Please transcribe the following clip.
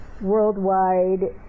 worldwide